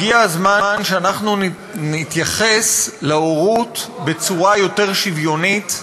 הגיע הזמן שאנחנו נתייחס להורות בצורה יותר שוויונית.